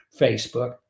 Facebook